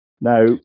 Now